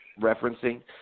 referencing